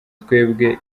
twebwe